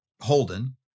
Holden